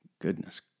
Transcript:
Goodness